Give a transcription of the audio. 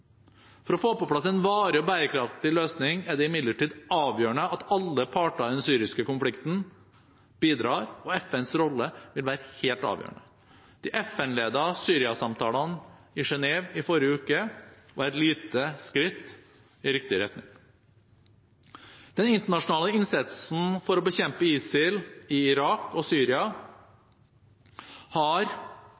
For å få på plass en varig og bærekraftig løsning er det imidlertid avgjørende at alle parter i den syriske konflikten bidrar, og FNs rolle vil være helt avgjørende. De FN-ledete Syria-samtalene i Genève i forrige uke var et lite skritt i riktig retning. Den internasjonale innsatsen for å bekjempe ISIL i Irak og Syria